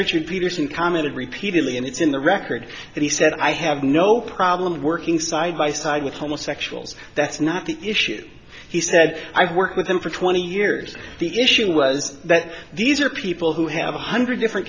richard peterson commented repeatedly and it's in the record that he said i have no problem working side by side with homosexuals that's not the issue he said i've worked with him for twenty years the issue was that these are people who have a hundred different